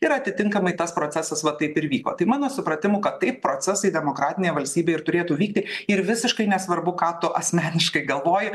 ir atitinkamai tas procesas va taip ir vyko tai mano supratimu kad taip procesai demokratinėje valstybėje ir turėtų vykti ir visiškai nesvarbu ką tu asmeniškai galvoji